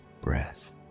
breath